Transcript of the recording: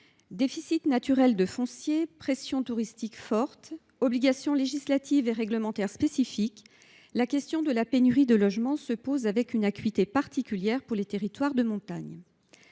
Déficit naturel de foncier, pression touristique forte, obligations législatives et réglementaires spécifiques : la question de la pénurie de logements se pose avec une acuité particulière pour les territoires de montagne.